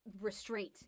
restraint